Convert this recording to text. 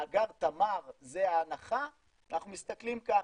מאגר תמר זה ההנחה, אנחנו מסתכלים ככה,